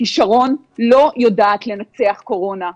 כי שרון לא יודעת לנצח קורונה,